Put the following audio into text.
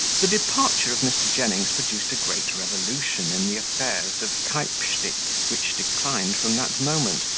the departure of mr. jennings produced a great revolution in the affairs of keypstick, which declined from that moment,